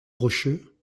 rocheux